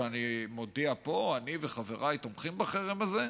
שאני מודיע פה שאני וחבריי תומכים בחרם הזה.